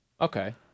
Okay